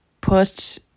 put